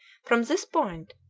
from this point,